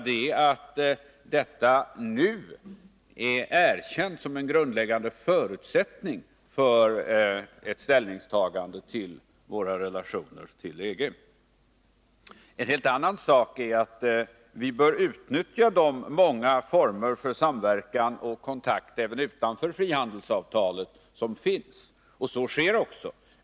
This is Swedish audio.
Den är en grundläggande förutsättning för ett ställningstagande till våra relationer till EG. En helt annan sak är att vi bör utnyttja de många former för samverkan och kontakt som står till buds även utanför det frihandelsavtal som finns, och så sker också.